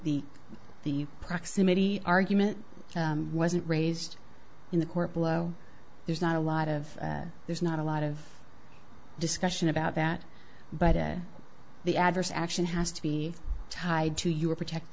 the the proximity argument wasn't raised in the court below there's not a lot of there's not a lot of discussion about that but the adverse action has to be tied to your protect